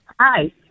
Hi